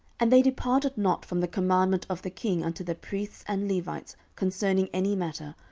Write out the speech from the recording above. and they departed not from the commandment of the king unto the priests and levites concerning any matter,